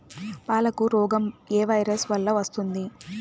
పాలకు రోగం ఏ వైరస్ వల్ల వస్తుంది?